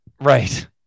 Right